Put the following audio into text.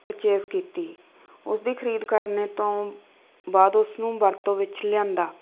purchase ਕੀਤੀ ਉਸ ਦੀ ਖਰੀਦ ਕਰਨ ਤੋਂ ਬਾਅਦ ਉਸ ਨੂੰ ਵਰਤੋਂ ਵਿੱਚ ਲਿਆਂਦਾ